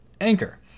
Anchor